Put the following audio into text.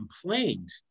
complained